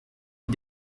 est